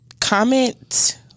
comment